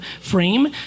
frame